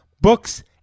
books